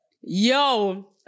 Yo